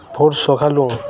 ଭୋର୍ ସକାଳୁ